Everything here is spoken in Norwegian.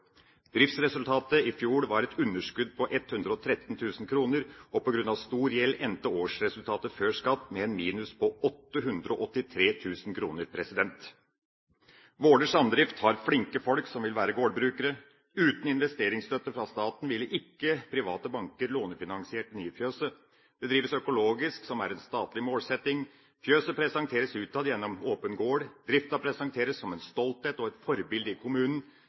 Driftsresultatet i fjor var et underskudd på 113 000 kr, og på grunn av stor gjeld endte årsresultatet, før skatt, med et minus på 883 000 kr. Vaaler Samdrift har flinke folk som vil være gårdbrukere. Uten investeringsstøtte fra staten ville ikke private banker lånefinansiert det nye fjøset. Det drives økologisk, som er en statlig målsetting, fjøset presenteres utad gjennom åpen gård, driften presenteres som en stolthet og er et forbilde i kommunen